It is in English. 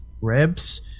ribs